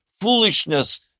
foolishness